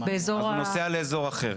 אז הוא נוסע לאזור אחר.